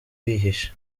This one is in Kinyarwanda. bihishe